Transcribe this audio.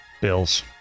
Bills